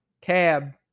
Cab